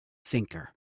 thinker